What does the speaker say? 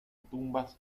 tumbas